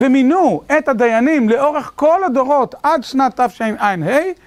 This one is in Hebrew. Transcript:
ומינו את הדיינים לאורך כל הדורות עד שנת תשע"ה,